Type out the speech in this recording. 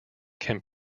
can